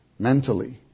mentally